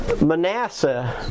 Manasseh